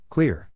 Clear